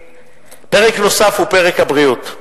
פרק נוסף הוא פרק הבריאות,